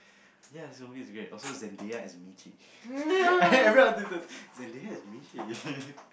ya Zoey is great also Zendeya is Mitchie everyone wanted to Zendeya is Mitchie